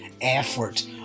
effort